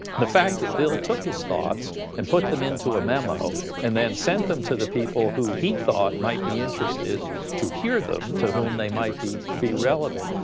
the fact that bill took his thoughts and put them into a memo and then sent them to the people who he thought might be interested to hear them, to whom they might be be relevant,